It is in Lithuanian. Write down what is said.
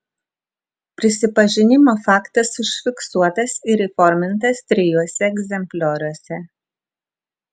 prisipažinimo faktas užfiksuotas ir įformintas trijuose egzemplioriuose